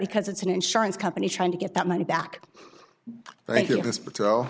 because it's an insurance company trying to get that money back th